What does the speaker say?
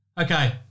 Okay